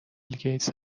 گیتس